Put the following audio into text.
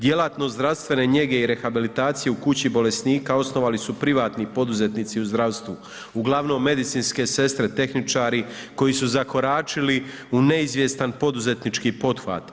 Djelatnost zdravstvene njege i rehabilitacije u kući bolesnika osnovali su privatni poduzetnici u zdravstvu uglavnom medicinske sestre, tehničari koji su zakoračili u neizvjestan poduzetnički pothvat.